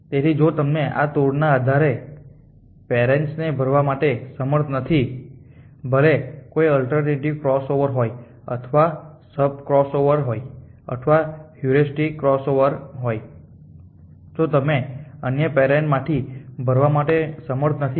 તેથી જો તમે આ ટૂરના આધારે પેરેન્ટ્સ ને ભરવા માટે સમર્થ નથી પછી ભલે તે કોઈ અલ્ટરનેટિવ ક્રોસઓવર હોય અથવા સબટૂર ક્રોસઓવર હોય અથવા હ્યુરિસ્ટિક ક્રોસઓવર હોય જો તમે અન્ય પેરેંટમાંથી ભરવા માટે સમર્થ નથી